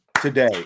today